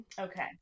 okay